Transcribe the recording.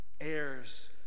heirs